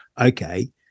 okay